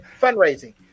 fundraising